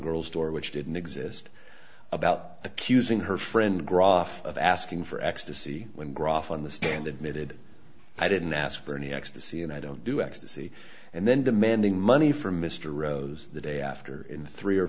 girls store which didn't exist about accusing her friend groff of asking for ecstasy when grof on the stand admitted i didn't ask for any ecstasy and i don't do ecstasy and then demanding money from mr rose the day after three or